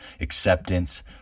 acceptance